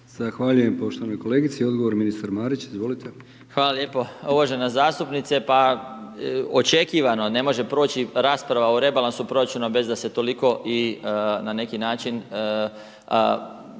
Zahvaljujem poštovanoj kolegici. Odgovor ministar Marić, izvolite. **Marić, Zdravko** Hvala lijepo. Uvažena zastupnice, pa očekivano, ne može proći rasprava o rebalansu proračuna bez da se toliko i na neki način